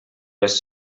les